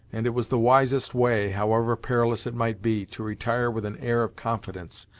and it was the wisest way, however perilous it might be, to retire with an air of confidence,